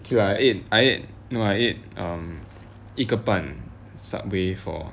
okay I ate I ate no I ate um 一半 Subway for